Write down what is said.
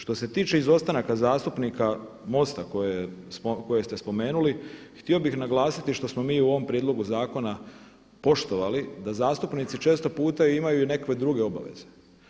Što se tiče izostanaka zastupnika MOST-a koje ste spomenuli, htio bih naglasiti što smo mi u ovom prijedlogu zakona poštovali da zastupnici često puta imaju i nekakve druge obaveze.